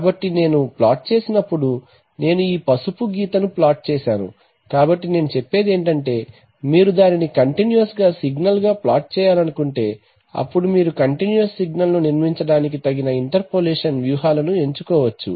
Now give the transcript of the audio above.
కాబట్టి నేను ప్లాట్ చేసినప్పుడు నేను ఈ పసుపు గీతను ప్లాట్ చేస్తాను కాబట్టి నేను చెప్పేది ఏమిటంటే మీరు దానిని కంటిన్యూయస్ సిగ్నల్గా ప్లాట్ చేయాలనుకుంటే అప్పుడు మీరు కంటిన్యూయస్ సిగ్నల్ను నిర్మించడానికి తగిన ఇంటర్పోలేషన్ వ్యూహాలను ఎంచుకోవచ్చు